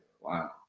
wow